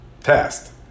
test